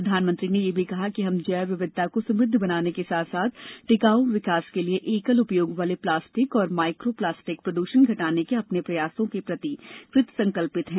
प्रधानमंत्री ने यह भी कहा कि हम जैव विविधता को समृद्ध बनाने के साथ साथ टिकाऊ विकास के लिए एकल उपयोग वाले प्लास्टिक और माइक्रो प्लास्टिक प्रदूषण घटाने के अपने प्रयासों के प्रति कृत संकल्प हैं